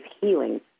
healing